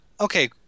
okay